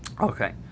okay